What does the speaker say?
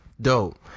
dope